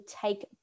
take